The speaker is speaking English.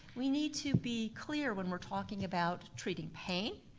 we need to be clear when we're talking about treating pain,